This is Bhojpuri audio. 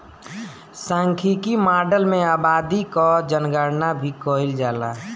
सांख्यिकी माडल में आबादी कअ जनगणना भी कईल जाला